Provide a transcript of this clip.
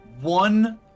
one